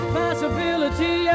possibility